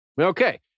Okay